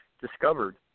discovered